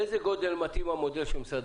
לאיזה גודל מתאים המודל הנוכחי של משרד